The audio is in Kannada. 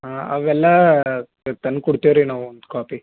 ಹಾಂ ಅವೆಲ್ಲಾ ತಂದು ಕೊಡ್ತೇವೆ ರೀ ನಾವು ಕಾಪಿ